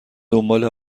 دنبال